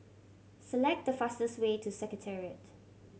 select the fastest way to Secretariat